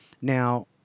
now